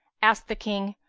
asked the king,